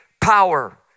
power